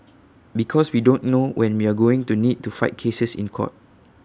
because we don't know when we're going to need to fight cases in court